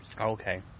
Okay